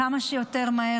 כמה שיותר מהר,